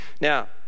Now